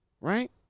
Right